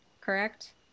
correct